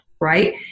right